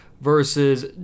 versus